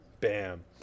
Bam